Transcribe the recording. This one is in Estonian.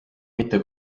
mitte